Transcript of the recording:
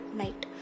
night